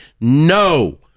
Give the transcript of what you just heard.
No